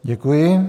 Děkuji.